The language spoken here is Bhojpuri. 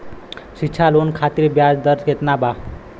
शिक्षा लोन खातिर ब्याज दर केतना बा?